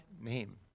name